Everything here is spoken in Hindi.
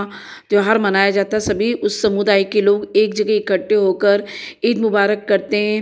त्योहार मनाया जाता है सभी समुदाय के लोग एक जगह इकट्ठे होकर ईद मुबारक करते हैं